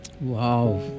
Wow